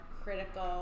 critical